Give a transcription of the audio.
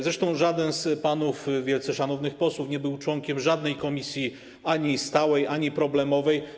Zresztą żaden z wielce szanownych panów posłów nie był członkiem żadnej komisji, ani stałej, ani problemowej.